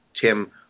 Tim